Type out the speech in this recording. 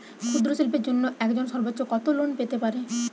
ক্ষুদ্রশিল্পের জন্য একজন সর্বোচ্চ কত লোন পেতে পারে?